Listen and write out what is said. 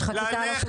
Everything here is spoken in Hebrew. יש חקיקה על השולחן.